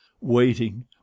waiting—